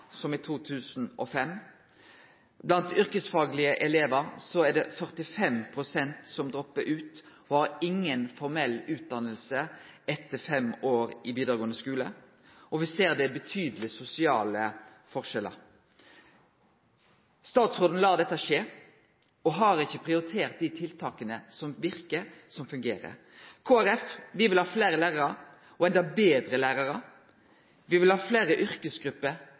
som i 2005. Blant elevar på yrkesfag er det 45 pst. som droppar ut, og dei har inga formell utdanning etter fem år i den vidaregåande skulen. Me ser òg at det er betydelege sosiale forskjellar. Statsråden lar dette skje og har ikkje prioritert dei tiltaka som verkar, og som fungerer. Kristeleg Folkeparti vil ha fleire lærarar og endå betre lærarar. Me vil ha fleire yrkesgrupper